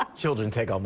um children take um